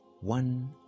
one